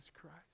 Christ